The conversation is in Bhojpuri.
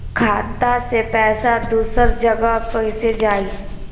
खाता से पैसा दूसर जगह कईसे जाई?